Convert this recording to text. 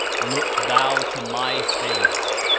look thou to my face,